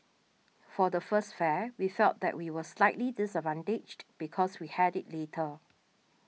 for the first fair we felt that we were slightly disadvantaged because we had it later